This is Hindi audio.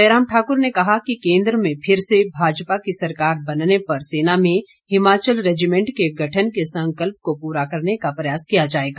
जयराम ठाकुर ने कहा कि कोन्द्र में फिर से भाजपा की सरकार बनने पर सेना में हिमाचल रेजीमेंट के गठन के संकल्प को पूरा करने का प्रयास किया जाएगा